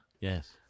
Yes